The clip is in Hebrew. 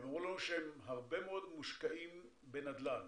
הם אמרו לנו שהם הרבה מאוד מושקעים בנדל"ן